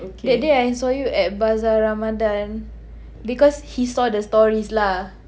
that day I saw you at bazaar ramadhan because he saw the stories lah